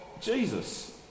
Jesus